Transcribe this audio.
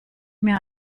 mir